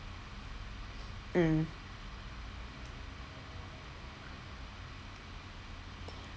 mm